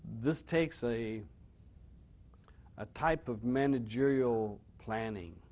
this takes a a type of managerial planning